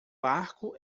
barco